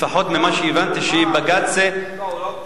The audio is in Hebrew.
לפחות ממה שהבנתי, שבג"ץ, לא.